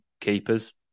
keepers